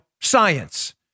science